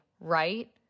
right